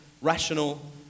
rational